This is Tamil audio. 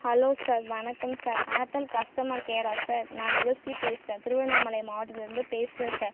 ஹலோ சார் வணக்கம் sir Airtel customer care sir நான் யுவஸ்ரீ பேசுகிறேன் திருவண்ணாமலை மாவட்டத்தில் இருந்து பேசுகிறேன் சார்